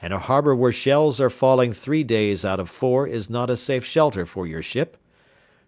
and a harbour where shells are falling three days out of four is not a safe shelter for your ship